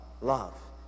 Love